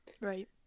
right